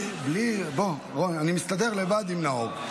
רון, אני מסתדר לבד עם נאור.